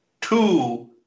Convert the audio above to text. Two